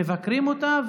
מבקרים אותה,